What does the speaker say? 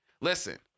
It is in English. listen